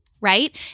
right